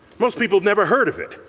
most people never heard of it.